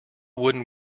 wooden